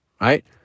right